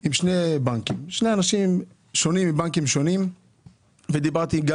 עם שני אנשים שונים מבנקים שונים ודיברתי גם